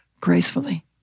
gracefully